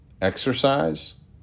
exercise